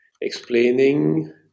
explaining